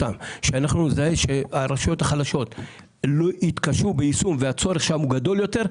אם נראה שהרשויות החלשות מתקשות ביישום והצורך שם הוא גדול יותר,